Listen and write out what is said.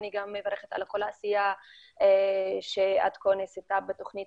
אני גם מברכת על כל העשייה שעד כה נעשתה בתוכנית